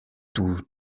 tous